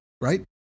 right